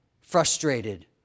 frustrated